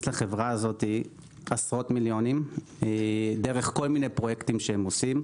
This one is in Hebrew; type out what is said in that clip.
לחברה הזאת עשרות מיליונים דרך כל מיני פרויקטים שהם עושים.